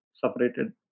separated